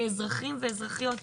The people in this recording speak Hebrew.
כאזרחים ואזרחיות,